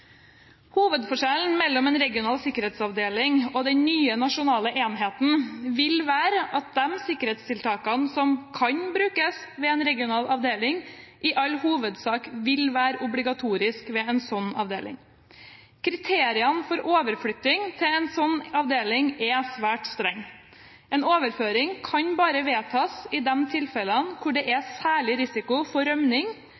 Hovedforskjellen mellom en regional sikkerhetsavdeling og den nye nasjonale enheten vil være at de sikkerhetstiltakene som kan brukes ved en regional avdeling, i all hovedsak vil være obligatoriske ved en slik avdeling. Kriteriene for overflytting til en slik avdeling er svært strenge. En overføring kan bare vedtas i de tilfellene hvor det er særlig risiko for rømning,